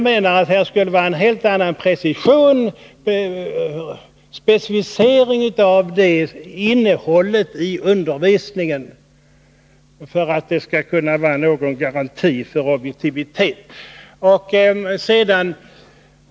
Det krävs här en bestämd specificering av innehållet i undervisningen för att det skall kunna finnas någon garanti för objektivitet.